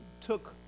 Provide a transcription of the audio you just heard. took